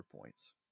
points